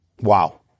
Wow